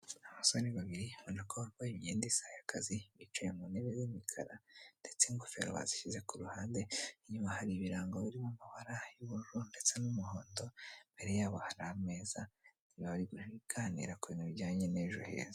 Abasore babiri urabona ko bambaye imyenda isa y'akazi bicaye ku ntebe y'umukara ndetse n'ingofero bazishyize ku ruhande, inyuma hari ibirango biri mu mabara y'ubururu ndetse n'umuhondo, imbere yabo hari ameza. Bakaba bari kuganira ku bintu bijyanye n'ejo heza.